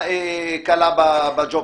גמרנו.